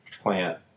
plant